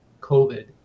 COVID